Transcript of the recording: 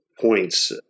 points